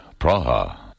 Praha